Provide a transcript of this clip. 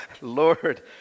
Lord